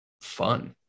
fun